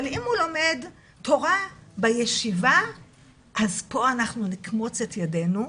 אבל אם הוא לומד תורה בישיבה אז פה אנחנו נקמוץ את ידינו,